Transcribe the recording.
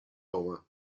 roma